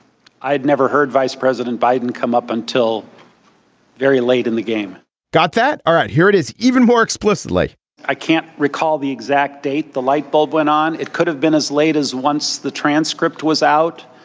i had never heard vice president biden come up until very late in the game got that. all right. here it is even more explicitly i can't recall the exact date the light bulb went on. it could have been as late as once the transcript was out.